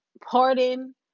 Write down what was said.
pardon